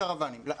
גם לקרוואנים.